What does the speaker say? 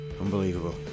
Unbelievable